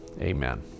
amen